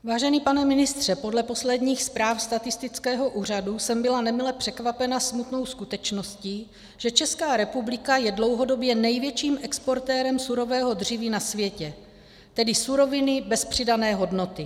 Vážený pane ministře, podle posledních zpráv statistického úřadu jsem byla nemile překvapena smutnou skutečností, že Česká republika je dlouhodobě největším exportérem surového dříví na světě, tedy suroviny bez přidané hodnoty.